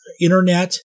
internet